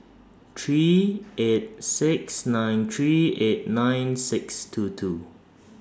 three eight six nine three eight nine six two two